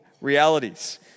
realities